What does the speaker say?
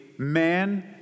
man